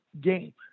game